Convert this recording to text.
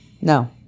No